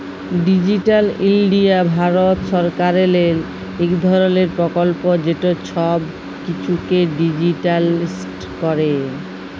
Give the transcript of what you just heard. digital India ভারত সরকারেরলে ইক ধরলের পরকল্প যেট ছব কিছুকে ডিজিটালাইস্ড ক্যরে